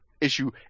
issue